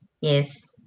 yes